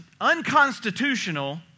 unconstitutional